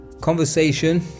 conversation